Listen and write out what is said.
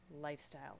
lifestyle